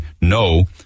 no